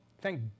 thank